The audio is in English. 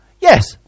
Yes